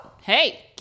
Hey